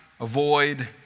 avoid